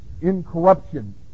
incorruption